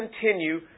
continue